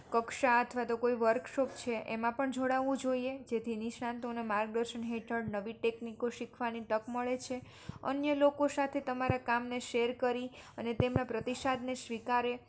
કક્ષા અથવા તો કોઈ વર્ક શોપ છે એમાં પણ જોડાવું જોઈએ જેથી નિષ્ણાતોના માર્ગદર્શન હેઠળ નવી ટેકનિકો શીખવાની તક મળે છે અન્ય લોકો સાથે કક્ષા અથવા તો કોઈ વર્કશોપ છે એમાં પણ જોડાવું જોઈએ જેથી નિષ્ણાતોના માર્ગદર્શન હેઠળ નવી ટેકનિકો શીખવાની તક મળે છે અન્ય લોકો સાથે તમારા કામને શેર કરી અને તેમના પ્રતિસાદને સ્વીકારો તમારા કામને શેર કરી અને તેમના પ્રતિસાદને સ્વીકારો